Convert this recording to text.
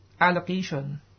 allocation